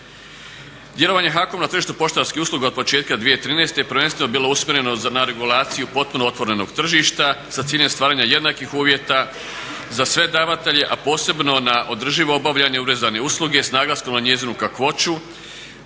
Djelovanje HAKOM-a na tržištu poštanskih usluga od početka 2013.prvenstveno je bilo usmjereno na regulaciju potpuno otvornog tržišta sa ciljem stvaranja jednakih uvjeta za sve davatelje, a posebno na održivo obavljanje univerzalne usluge s naglaskom na njezinu kakvoću,